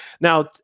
Now